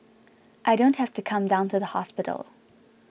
I don't have to come down to the hospital